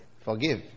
Forgive